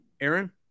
Aaron